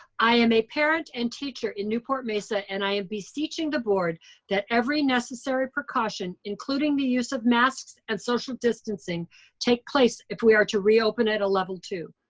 i am a parent and teacher in newport mesa and i am beseeching the board that every necessary precaution including the use of masks and social distancing take place if we are to reopen at a level two.